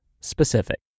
specific